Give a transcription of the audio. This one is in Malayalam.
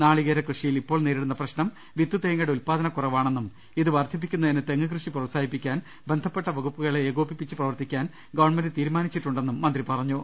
നാളികേര കൃഷിയിൽ ഇപ്പോൾ നേരിടുന്ന പ്രശ്നം വിത്തു തേങ്ങയുടെ ഉദ്പാദനകുറവാണെന്നും ഇത് വർദ്ധിപ്പിക്കുന്നതിന് തെങ്ങ് കൃഷി പ്രോത്സാഹിപ്പിക്കാൻ ബന്ധ പ്പെട്ട വകുപ്പുകളെ ഏകോപിപ്പിച്ച് പ്രവർത്തിക്കാൻ ഗവൺമെന്റ് തീരു മാനിച്ചിട്ടുണ്ടെന്നും മന്ത്രി പറഞ്ഞു